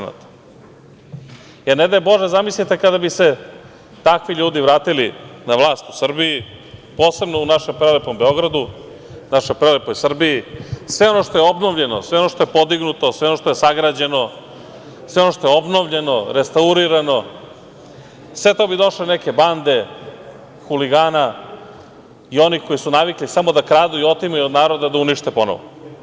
Ne daj bože, zamislite kada bi se takvi ljudi vratili na vlast u Srbiji, posebno u našem prelepom Beogradu, našoj prelepoj Srbiji, sve ono što je obnovljeno, sve ono što je podignuto, sve ono što je sagrađeno, sve ono što je obnovljeno, restaurirano, sve to bi došle neke bande huligana i onih koji su navikli samo da kradu i otimaju od naroda da unište ponovo.